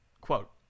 quote